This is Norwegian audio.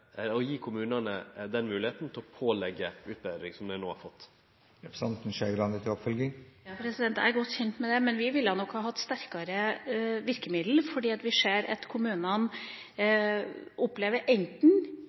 å gi kommunane den moglegheita til å påleggje utbetring som dei no har fått. Jeg er godt kjent med det, men vi ville nok hatt sterkere virkemidler, for vi ser at kommunene